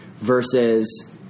versus